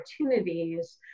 opportunities